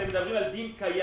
אתם מדברים על דין קיים,